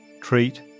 treat